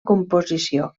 composició